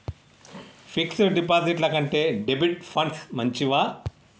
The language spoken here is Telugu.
ఫిక్స్ డ్ డిపాజిట్ల కంటే డెబిట్ ఫండ్స్ మంచివా?